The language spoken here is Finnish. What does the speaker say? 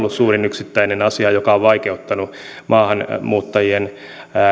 ollut suurin yksittäinen asia joka on vaikeuttanut maahanmuuttajien